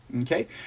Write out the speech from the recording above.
Okay